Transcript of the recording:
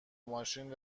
ماشین